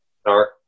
start